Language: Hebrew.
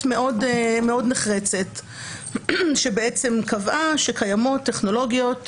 מאוד נחרצת שבעצם קבעה שקיימות טכנולוגיות